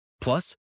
Plus